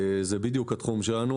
זה בדיוק התחום שלנו.